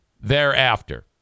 thereafter